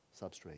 substrate